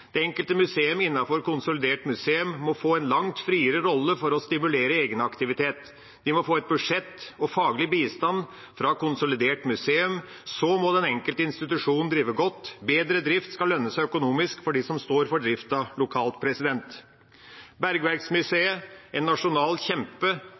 Det enkelte museum innenfor konsolidert museumsmodell må få en langt friere rolle for å stimulere egenaktivitet. De må få et budsjett og faglig bistand fra konsolidert museum, og så må den enkelte institusjon drive godt. Bedre drift skal lønne seg økonomisk for dem som står for drifta lokalt.